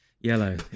yellow